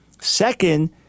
Second